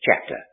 chapter